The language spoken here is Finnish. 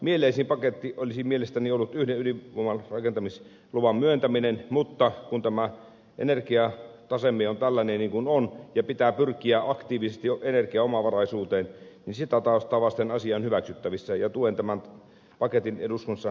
mieleisin paketti olisi mielestäni ollut yhden ydinvoimalan rakentamisluvan myöntäminen mutta kun tämä energiataseemme on tällainen kuin on ja pitää pyrkiä aktiivisesti energiaomavaraisuuteen niin sitä taustaa vasten asia on hyväksyttävissä ja tuen tämän paketin läpiviemistä eduskunnassa